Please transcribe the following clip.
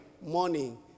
morning